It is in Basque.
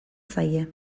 zaie